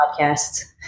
podcasts